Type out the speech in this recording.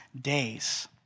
days